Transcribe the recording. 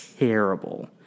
terrible